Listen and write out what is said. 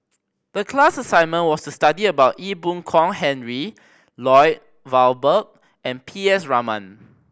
the class assignment was to study about Ee Boon Kong Henry Lloyd Valberg and P S Raman